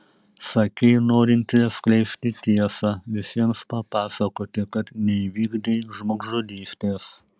sakei norinti atskleisti tiesą visiems papasakoti kad neįvykdei žmogžudystės